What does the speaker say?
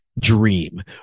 dream